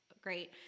great